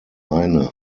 eine